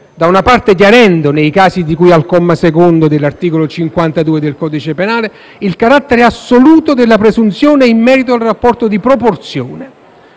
da una parte chiarendo, nei casi di cui al comma secondo dell'articolo 52 del codice penale, il carattere assoluto della presunzione in merito al rapporto di proporzione